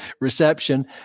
reception